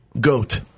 Goat